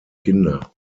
kinder